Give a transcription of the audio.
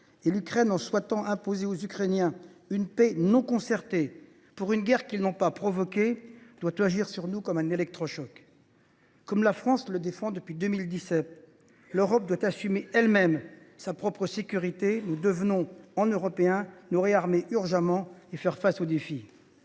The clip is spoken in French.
et l’Ukraine en souhaitant imposer aux Ukrainiens une paix non concertée pour une guerre qu’ils n’ont pas provoquée doit agir sur nous comme un électrochoc. Comme la France le défend depuis 2017, l’Europe doit assumer elle même sa propre sécurité. Nous devons, en Européens, nous réarmer urgemment et faire face aux défis.